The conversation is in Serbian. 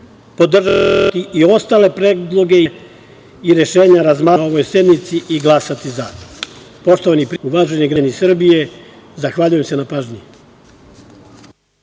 podržati i ostale predloge zakona i rešenja razmatrana na ovoj sednici i glasati za. Poštovani prijatelji, uvaženi građani Srbije, zahvaljujem se na pažnji.